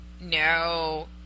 no